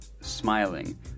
smiling